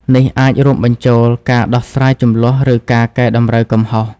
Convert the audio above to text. នេះអាចរួមបញ្ចូលការដោះស្រាយជម្លោះ ឬការកែតម្រូវកំហុស។